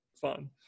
fun